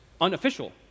unofficial